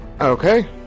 Okay